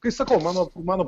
kai sakau mano mano